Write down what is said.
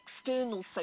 external